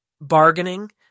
bargaining